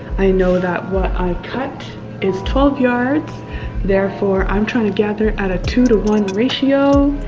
i know that what i cut is twelve yards therefore. i'm trying to gather at a two to one ratio